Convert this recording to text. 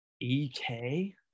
EK